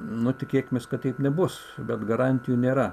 nu tikėkimės kad taip nebus bet garantijų nėra